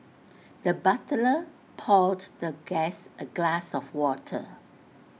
the butler poured the guest A glass of water